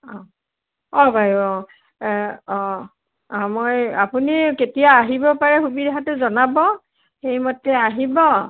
অঁ অঁ বাৰু অঁ অঁ অঁ মই আপুনি কেতিয়া আহিব পাৰে সুবিধাটো জনাব সেইমতে আহিব